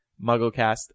mugglecast